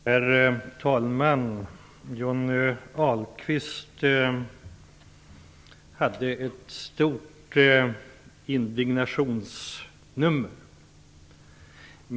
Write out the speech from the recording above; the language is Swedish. Herr talman! Johnny Ahlqvist spelade upp ett stort indignationsnummer.